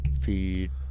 Feed